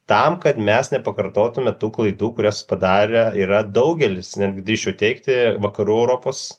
tam kad mes nepakartotume tų klaidų kurias padarę yra daugelis netgi drįsčiau teigti vakarų europos